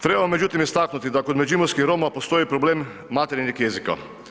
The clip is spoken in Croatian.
Treba međutim istaknuti da kod međimurskih Roma postoji problem materinjeg jezika.